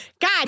god